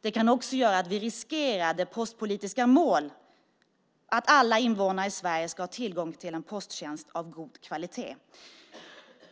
Det kan också göra att vi riskerar det postpolitiska målet att alla invånare i Sverige ska ha tillgång till en posttjänst av god kvalitet.